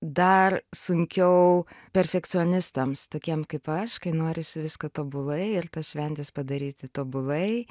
dar sunkiau perfekcionistams tokiem kaip aš kai noris viską tobulai ir tas šventes padaryti tobulai